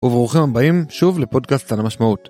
וברוכים הבאים שוב לפודקאסט על המשמעות.